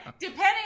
depending